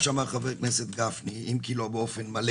שאמר חבר הכנסת גפני אם כי לא באופן מלא